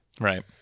Right